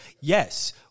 Yes